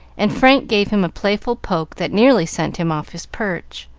and frank gave him a playful poke that nearly sent him off his perch.